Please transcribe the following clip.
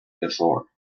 before